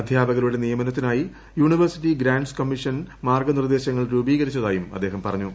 അധ്യാപകരുടെ നിയമനത്തിനായി university grants commission മാർഗ്ഗനിർദ്ദേശങ്ങൾ രൂപീകരിച്ചതായും അദ്ദേഹം പറഞ്ഞു